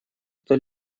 кто